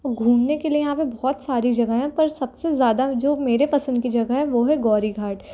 आउ घूमने के लिए यहाँ पे बहुत सारी जगहे हैं पर सबसे ज़्यादा जो मेरे पसंद की जगह है वो है गौरी घाट